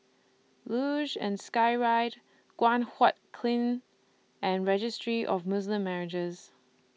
Luge and Skyride Guan Huat Kiln and Registry of Muslim Marriages